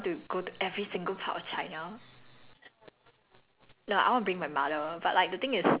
ya the second one is like because you know I love china right then I like I want to go to every single part of china